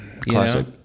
classic